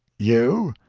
you?